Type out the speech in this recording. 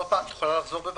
--- את יכולה לחזור בבקשה?